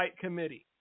Committee